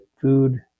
food